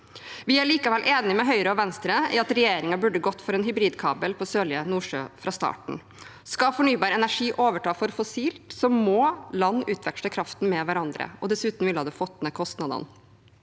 Vi er likevel enig med Høyre og Venstre i at regjeringen burde gått for en hybridkabel på Sørlige Nordsjø fra starten. Skal fornybar energi overta for fossil, må land utveksle kraften med hverandre, og dessuten ville det fått ned kostnadene.